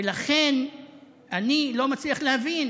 ולכן אני לא מצליח להבין